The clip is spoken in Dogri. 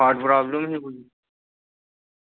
हार्ट प्रॉब्लम ही कोई